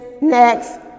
next